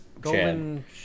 Golden